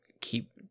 keep